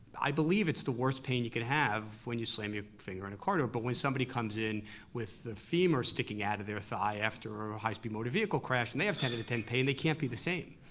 i believe it's the worst pain you can have when you slam your finger in a car door, but when somebody comes in with their femur sticking out of their thigh after a high-speed motor vehicle crash and they have ten out of ten pain, they can't be the same.